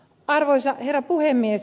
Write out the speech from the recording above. arvoisa herra puhemies